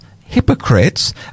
hypocrites